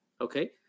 Okay